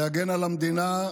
להגן על המדינה,